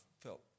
felt